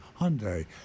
Hyundai